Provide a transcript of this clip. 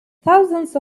thousands